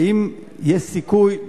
האם יש סיכוי,